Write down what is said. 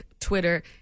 Twitter